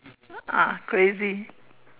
ah crazy